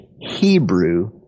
Hebrew